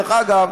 דרך אגב,